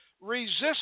resist